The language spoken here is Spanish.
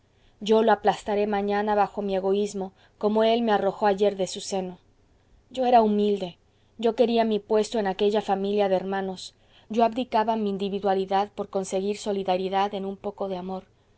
yo lo aplastaré mañana bajo mi egoísmo como él me arrojó ayer de su seno yo era humilde yo quería mi puesto en aquella familia de hermanos yo abdicaba mi individualidad por conseguir solidaridad en un poco de amor